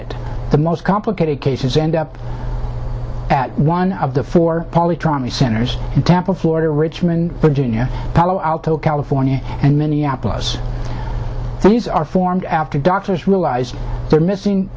it the most complicated cases end up at one of the four poly trauma centers in tampa florida richmond virginia paolo alto california and minneapolis these are formed after doctors realized their missing